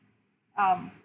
um